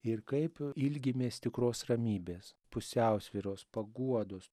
ir kaip ilgimės tikros ramybės pusiausvyros paguodos